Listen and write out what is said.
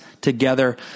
together